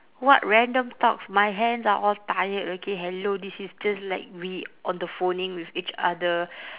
what random talks my hands are all tired okay hello this is just like we on the phoning with each other